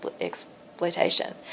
exploitation